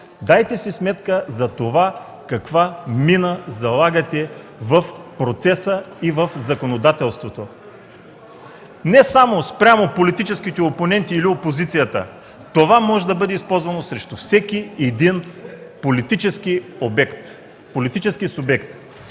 Дайте си сметка каква мина залагате в процеса и в законодателството. Не само спрямо политическите опоненти или опозицията, това може да бъде използвано срещу всеки един политически субект.